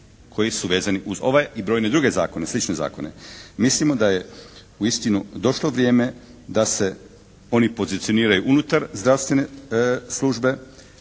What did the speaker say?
koji su vezani uz ovaj i brojne druge zakone, slične zakone. Mislimo da je uistinu došlo vrijeme da se oni pozicioniraju unutar zdravstvene službe